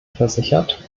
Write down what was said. versichert